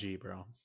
bro